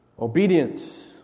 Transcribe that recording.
Obedience